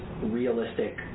realistic